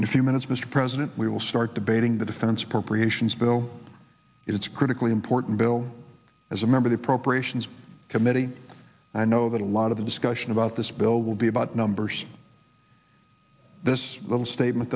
in a few minutes mr president we will start debating the defense appropriations bill it's critically important bill as a member the appropriations committee i know that a lot of the discussion about this bill will be about numbers this little statement